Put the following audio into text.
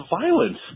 violence